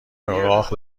آگاه